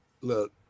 look